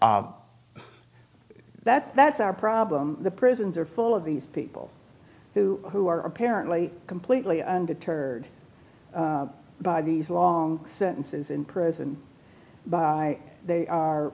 that that's our problem the prisons are full of these people who who are apparently completely undeterred by these long sentences in prison by they